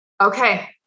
Okay